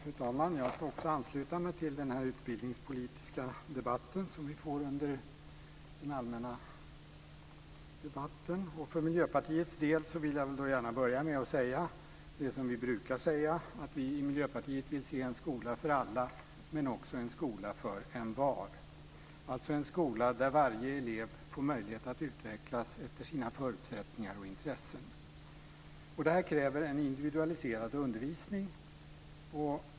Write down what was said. Fru talman! Jag ska också ansluta mig till den här utbildningspolitiska debatten som vi får under den allmänna debatten. För Miljöpartiets del vill jag då gärna börja med att säga det som vi brukar säga: Vi i Miljöpartiet vill se en skola för alla, men också en skola för envar, alltså en skola där varje elev får möjligheten att utvecklas efter sina förutsättningar och intressen. Det här kräver en individualiserad undervisning.